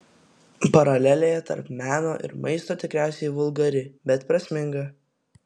paralelė tarp meno ir maisto tikriausiai vulgari bet prasminga